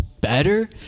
better